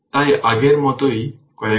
তাই আগের মতই কয়েকবার